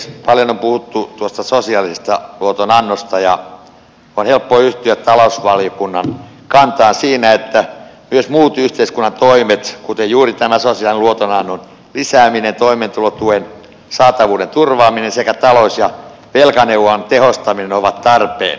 paljon on puhuttu tuosta sosiaalisesta luotonannosta ja on helppo yhtyä talousvaliokunnan kantaan siinä että myös muut yhteiskunnan toimet kuten juuri tämä sosiaalisen luotonannon lisääminen toimeentulotuen saatavuuden turvaaminen sekä talous ja velkaneuvonnan tehostaminen ovat tarpeen